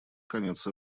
конец